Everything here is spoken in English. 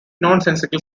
nonsensical